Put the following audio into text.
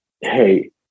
hey